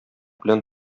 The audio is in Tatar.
белән